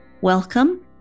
Welcome